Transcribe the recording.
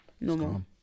normal